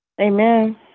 Amen